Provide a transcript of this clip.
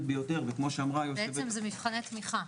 ביותר וכמו שאמרה היו"ר --- בעצם זה מבחני תמיכה.